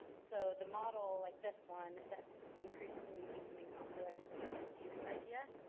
so the model, like this one, that's increasingly becoming popular is this mixed use idea.